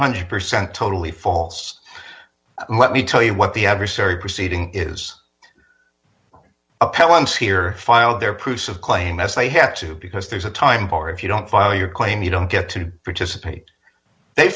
hundred percent totally false let me tell you what the adversary proceeding is appellants here file their proof of claim as they have to because there's a time for if you don't file your claim you don't get to participate they